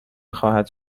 خواهد